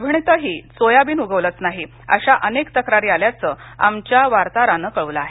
परभणीतही सोयाबीन उगवलंच नाही अश अनेक तक्रारी आल्याचं आमच्या वार्ताहरानं कळवलं आहे